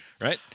right